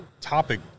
topic